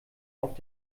auf